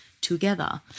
together